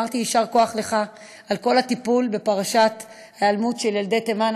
אמרתי לך יישר כוח על כל הטיפול בפרשת ההיעלמות של ילדי תימן,